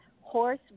Horse